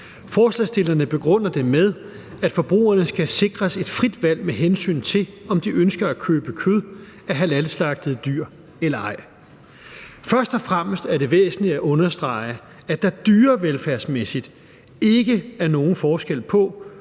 Forslagsstillerne begrunder det med, at forbrugerne skal sikres et frit valg, med hensyn til om de ønsker at købe kød af halaslagtede dyr eller ej. Først og fremmest er det væsentligt at understrege, at der dyrevelfærdsmæssigt ikke er nogen forskel på,